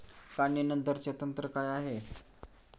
काढणीनंतरचे तंत्र काय आहे?